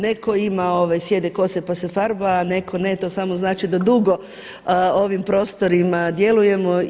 Netko ima sjede kose pa se farba a netko ne, to samo znači da dugo ovim prostorima djelujemo.